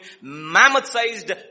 mammoth-sized